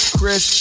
Chris